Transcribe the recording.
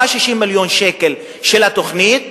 160 מיליון שקל של התוכנית,